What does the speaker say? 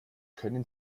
können